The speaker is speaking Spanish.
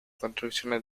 construcciones